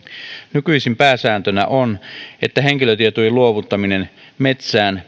nykyisin pääsääntönä on että henkilötietojen luovuttaminen metsään